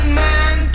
man